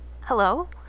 Hello